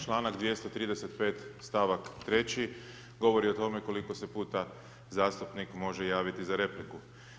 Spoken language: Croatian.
Članak 235., stavak 3., govori o tome koliko se puta zastupnik može javiti za repliku.